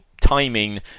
timing